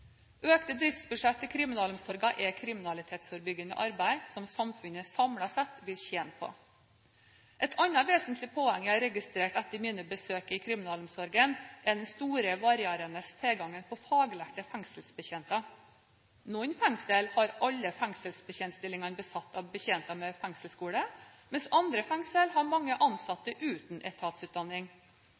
Økte driftsbudsjett til kriminalomsorgen er kriminalitetsforebyggende arbeid som samfunnet samlet sett vil tjene på. Et annet vesentlig poeng jeg har registrert etter mine besøk i kriminalomsorgen, er den store, varierende tilgangen på faglærte fengselsbetjenter. Noen fengsel har alle fengselsbetjentstillingene besatt av betjenter med fengselsskole, mens andre fengsel har mange ansatte uten etatsutdanning.